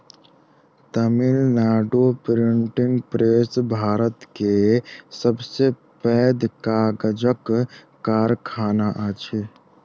Tamil Nadu printing press Bharat के सब से पैघ कागजक कारखाना अछि